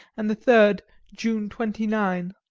and the third june twenty nine.